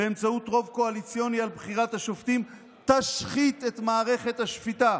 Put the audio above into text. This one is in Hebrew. באמצעות רוב קואליציוני על בחירות השופטים תשחית את מערכת השפיטה